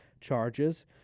charges